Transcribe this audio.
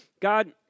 God